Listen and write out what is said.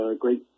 great